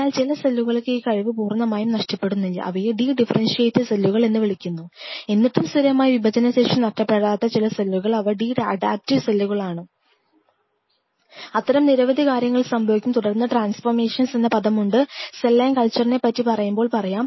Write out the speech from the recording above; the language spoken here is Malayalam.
എന്ന പദവുമുണ്ട് സെൽ ലൈൻ കൾച്ചറിനെ പറ്റി പറയുമ്പോൾ പറയാം